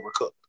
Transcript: overcooked